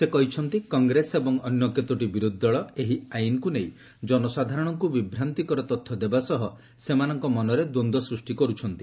ସେ କହିଛନ୍ତି କଂଗ୍ରେସ ଏବଂ ଅନ୍ୟ କେତୋଟି ବିରୋଧୀ ଦଳ ଏହି ଆଇନ୍କ୍ ନେଇ ଜନସାଧାରଣଙ୍କ ବିଭ୍ରାନ୍ତିକର ତଥ୍ୟ ଦେବା ସହ ସେମାନଙ୍କ ମନରେ ଦ୍ୱନ୍ଦ୍ୱ ସୃଷ୍ଟି କରୁଛନ୍ତି